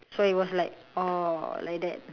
so it was like orh like that